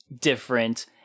different